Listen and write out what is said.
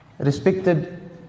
Respected